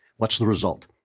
what's the result?